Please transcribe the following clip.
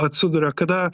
atsiduria kada